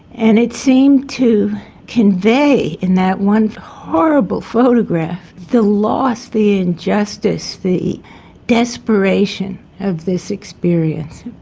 and it seemed to convey in that one horrible photograph the loss, the injustice, the desperation of this experience.